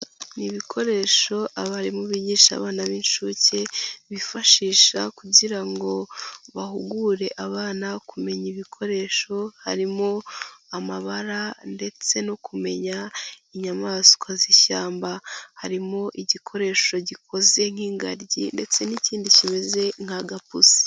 Ni ibikoresho abarimu bigisha abana b'inshuke bifashisha kugira ngo bahugure abana kumenya ibikoresho, harimo amabara ndetse no kumenya inyamaswa z'ishyamba. Harimo igikoresho gikoze nk'ingagi ndetse n'ikindi kimeze nk'agapusi.